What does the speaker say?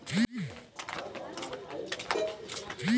वित्तीय समावेशन के क्या लाभ हैं?